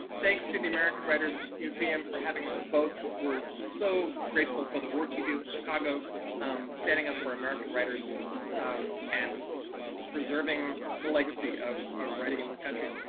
ah thanks to the american writers museum for having us both. we're so grateful for the work you do in chicago um standing up for american writers and preserving the legacy of ah writing in this country.